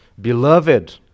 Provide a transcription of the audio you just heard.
Beloved